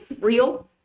Real